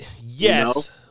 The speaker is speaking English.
Yes